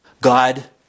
God